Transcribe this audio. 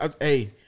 hey